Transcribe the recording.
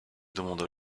demanda